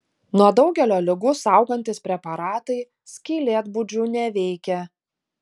nuo daugelio ligų saugantys preparatai skylėtbudžių neveikia